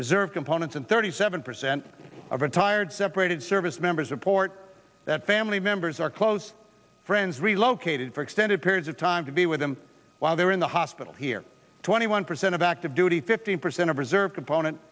reserve opponents and thirty seven percent of retired separated service members report that family members are close friends relocated for extended periods of time to be with them while they're in the hospital here twenty one percent of active duty fifty percent of reserve component